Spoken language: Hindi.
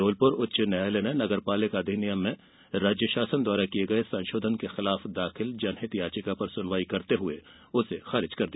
जबलपुर उच्च न्यायालय ने नगरपालिक अधिनियम में राज्य शासन द्वारा किये गये संशोधन के खिलाफ दाखिल जनहित याचिका पर सुनवाई करते हुए उसे खारिज कर दिया